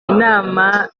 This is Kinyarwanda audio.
inama